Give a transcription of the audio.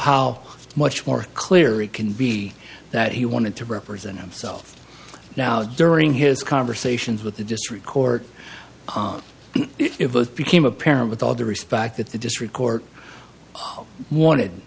how much more clear it can be that he wanted to represent himself now during his conversations with the district court if both became apparent with all due respect that the district court wanted